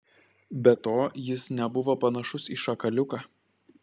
be to jis nebuvo panašus į šakaliuką